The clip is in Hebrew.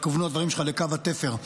כוונו הדברים שלך על קו התפר.